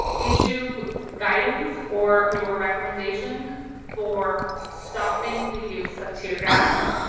issue guidance or your recommendation for stopping the use of tear gas,